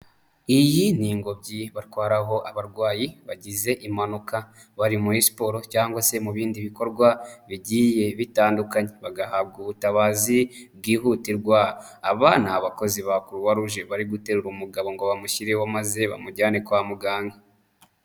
Iyi ni ingobyi batwararaho abarwayi bagize impanuka bari muri siporo cyangwa se mu bindi bikorwa bigiye bitandukanye, bagahabwa ubutabazi bwihutirwa ni abakozi ba croixrouge bari guterura umugabo ngo bamushyireho maze bamujyane kwa muganga.